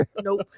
Nope